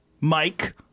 Mike